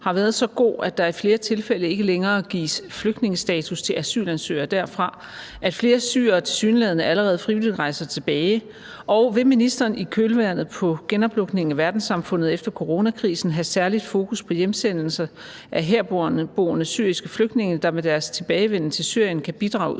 har været så god, at der i flere tilfælde ikke længere gives flygtningestatus til asylansøgere derfra, og at flere syrere tilsyneladende allerede frivilligt rejser tilbage, og vil ministeren i kølvandet på genoplukningen af verdenssamfundet efter coronakrisen have særlig fokus på hjemsendelse af herboende syriske flygtninge, der med deres tilbagevenden til Syrien kan bidrage